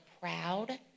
proud